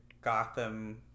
Gotham